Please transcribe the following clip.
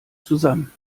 zusammen